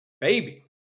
baby